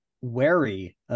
wary